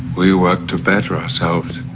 we work to better ourselves,